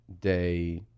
day